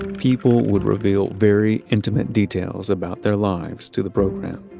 people would reveal very intimate details about their lives to the program.